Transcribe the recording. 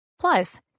Plus